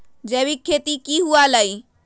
जैविक खेती की हुआ लाई?